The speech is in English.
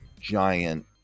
giant